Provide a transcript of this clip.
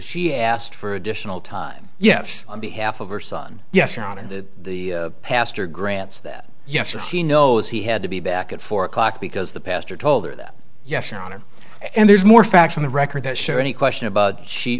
she asked for additional time yes on behalf of her son yes around in the pastor grants that yesterday he knows he had to be back at four o'clock because the pastor told her that yes your honor and there's more facts on the record that show any question about she